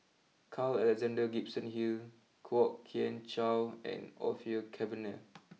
Carl Alexander Gibson Hill Kwok Kian Chow and Orfeur Cavenagh